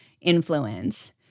influence